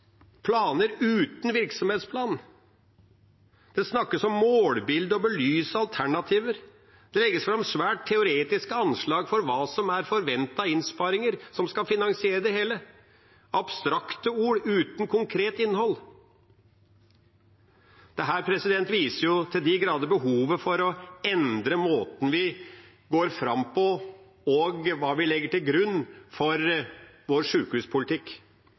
planer uten virksomhetsplan. Det snakkes om målbilde og om å belyse alternativer. Det legges fram svært teoretiske anslag for hva som er forventede innsparinger som skal finansiere det hele – abstrakte ord uten konkret innhold. Dette viser til de grader behovet for å endre måten vi går fram på, og hva vi legger til grunn for vår